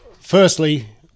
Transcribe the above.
Firstly